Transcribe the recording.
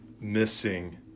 missing